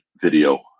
video